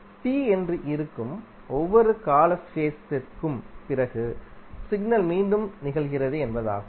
T என்று இருக்கும் ஒவ்வொரு காலஃபேஸ் த்திற்கும் பிறகு சிக்னல் மீண்டும் நிகழ்கிறது என்பதாகும்